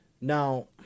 Now